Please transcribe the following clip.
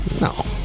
No